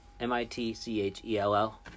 M-I-T-C-H-E-L-L